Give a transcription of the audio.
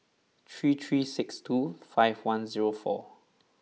three three six two five one zero four